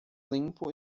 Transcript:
limpo